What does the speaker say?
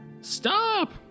stop